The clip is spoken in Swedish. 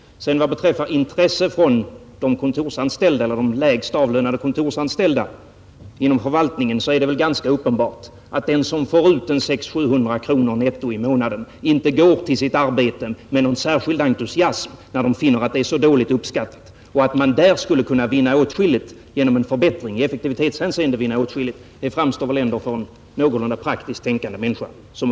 Vad beträffar intresset hos de lägst avlönade kontorsanställda inom förvaltningen är det väl ganska uppenbart att de som får ut 600-700 kronor netto i månaden inte går till sitt arbete med någon särskilt stor entusiasm när de finner att arbetet är så dåligt uppskattat. Att vi där skulle kunna vinna åtskilligt genom en förbättring i effektivitetshänse ende framstår väl ändå som uppenbart för en någorlunda praktiskt tänkande människa.